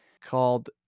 called